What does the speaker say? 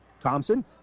Thompson